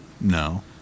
No